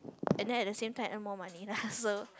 and then at the same time earn more money lah so